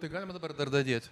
tai galima dabar dar dadėt